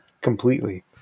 completely